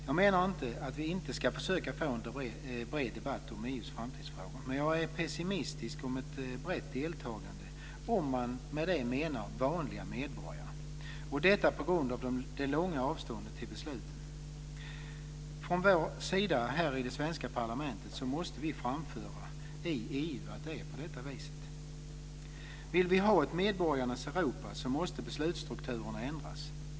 Jag menar inte att vi inte ska försöka få till stånd en bred debatt om EU:s framtidsfrågor. Men jag är pessimistisk till att det blir ett brett deltagande om man med det menar vanliga medborgare, på grund av det långa avståndet till besluten. Vi i det svenska parlamentet måste framföra i EU att det är så. Vill vi ha ett medborgarnas Europa måste beslutsstrukturerna ändras.